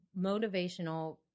motivational